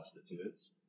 prostitutes